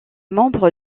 membre